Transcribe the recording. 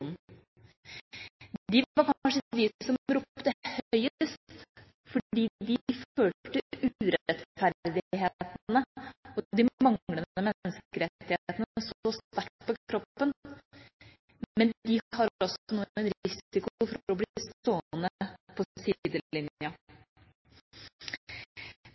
høyest, fordi de følte urettferdighetene og de manglende menneskerettighetene så sterkt på kroppen, men de har også nå en risiko for å bli stående på